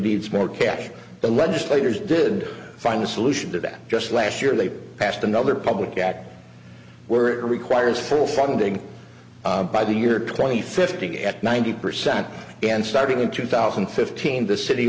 needs more cash the legislators did find a solution to that just last year they passed another public act where it requires full funding by the year twenty fifty at ninety percent and starting in two thousand and fifteen the city